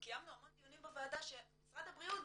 קיימנו המון דיונים בוועדה שמשרד הבריאות בא